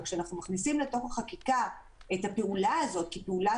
כשאנחנו מכניסים לחקיקה את הפעולה הזאת כפעולה